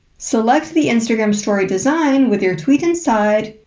select the instagram story design with your tweet inside,